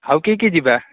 ଆଉ କିଏ କିଏ ଯିବା